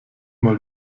mal